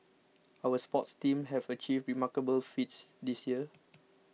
our sports teams have achieved remarkable feats this year